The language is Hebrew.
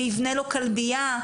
יבנה לו כלביה,